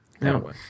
No